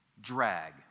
drag